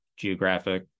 geographic